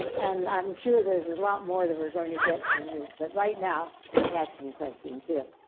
and and i'm sure there's a lot more that we're going to get from you, but right now, we have some questions here.